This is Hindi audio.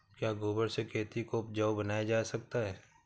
क्या गोबर से खेती को उपजाउ बनाया जा सकता है?